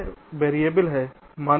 यह वेरिएबल है